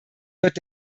wird